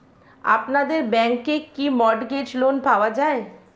আপনাদের ব্যাংকে কি মর্টগেজ লোন পাওয়া যায়?